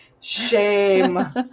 shame